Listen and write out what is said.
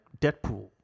Deadpool